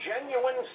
genuine